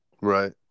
right